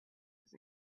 was